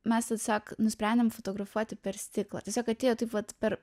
mes tiesiog nusprendėm fotografuoti per stiklą tiesiog atėjo taip vat per